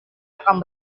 akan